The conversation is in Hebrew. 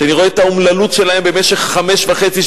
שאני רואה את האומללות שלהם במשך חמש שנים וחצי,